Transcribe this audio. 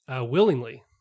willingly